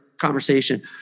conversation